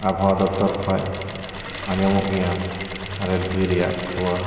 ᱟᱵᱷᱟᱣᱟ ᱫᱚᱯᱛᱚᱨ ᱠᱷᱚᱱ ᱟᱡᱚᱢᱚᱜ ᱜᱮᱭᱟ ᱟᱨᱮᱞ ᱦᱩᱭ ᱨᱮᱭᱟᱜ ᱠᱷᱚᱵᱚᱨ